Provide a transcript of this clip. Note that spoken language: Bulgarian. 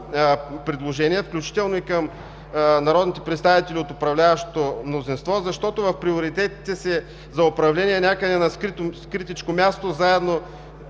предложение, включително и на народните представители от управляващото мнозинство, защото в приоритетите си за управление, някъде на скрито място,